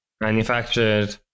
Manufactured